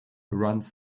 runs